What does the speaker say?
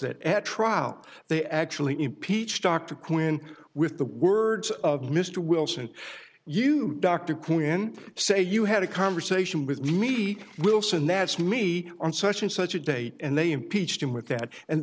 that at trial they actually impeached dr quinn with the words of mr wilson you dr quinn say you had a conversation with meek wilson that's me on such and such a date and they impeached him with that and